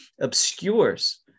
obscures